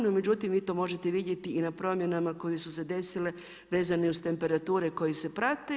No međutim, vi to možete vidjeti i na promjenama koje su se desile vezane uz temperature koje se prate.